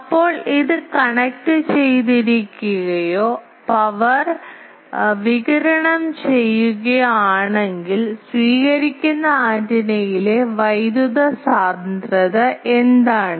അപ്പോൾ ഇത് കണക്റ്റുചെയ്തിരിക്കുകയോ പവർ പണ്ഡിറ്റ് വികിരണം ചെയ്യുകയോ ആണെങ്കിൽ സ്വീകരിക്കുന്ന ആന്റിനയിലെ വൈദ്യുതി സാന്ദ്രത എന്താണ്